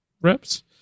reps